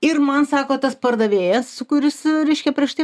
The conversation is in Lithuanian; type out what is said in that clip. ir man sako tas pardavėjas kuris reiškia prieš tai